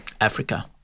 Africa